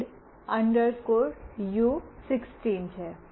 read યુ16 છે